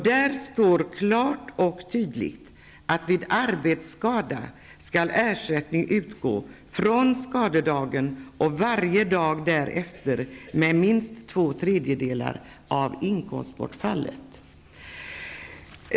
Där står klart och tydligt att vid arbetsskada skall ersättning utgå från skadedagen och varje dag därefter med minst två tredjedelar av inkomstbortfallet.